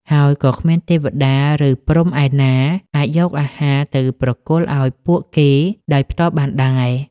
ហើយក៏គ្មានទេវតា ឬព្រហ្មឯណាអាចយកអាហារទៅប្រគល់ឱ្យពួកគេដោយផ្ទាល់បានដែរ។